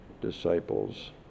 disciples